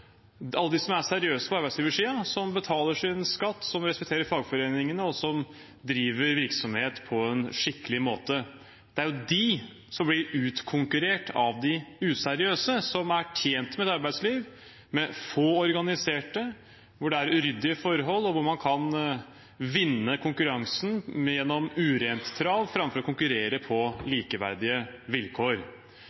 alle dem på arbeidsgiversiden som er seriøse, som betaler sin skatt, som respekterer fagforeningene, og som driver virksomhet på en skikkelig måte. Det er disse som blir utkonkurrert av de useriøse, som er tjent med et arbeidsliv med få organiserte, hvor det er uryddige forhold, og hvor man kan vinne konkurransen gjennom urent trav, framfor å konkurrere på